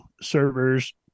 servers